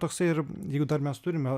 toksai ir jeigu dar mes turime